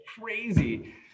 crazy